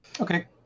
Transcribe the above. Okay